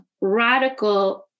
radical